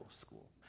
School